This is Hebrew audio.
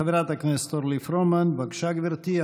חברת הכנסת אורלי פרומן, בבקשה, גברתי.